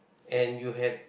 and you had